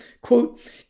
quote